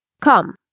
Come